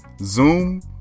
Zoom